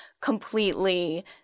completely